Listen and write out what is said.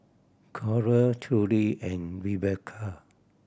Coral Trudy and Rebekah